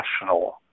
national